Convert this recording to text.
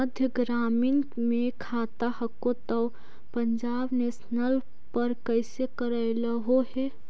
मध्य ग्रामीण मे खाता हको तौ पंजाब नेशनल पर कैसे करैलहो हे?